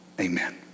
Amen